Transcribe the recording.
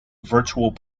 virtual